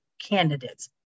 candidates